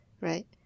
Right